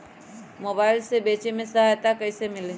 Mobile से बेचे में सहायता कईसे मिली?